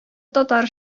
татар